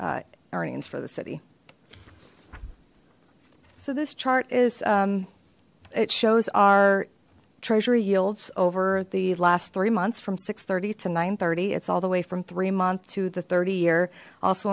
earnings for the city so this chart is it shows our treasury yields over the last three months from six thirty to nine thirty it's all the way from three month to the thirty year also